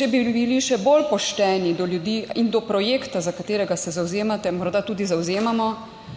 Če bi bili še bolj pošteni do ljudi in do projekta, za katerega se zavzemate, morda tudi zavzemamo,